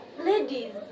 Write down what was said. ladies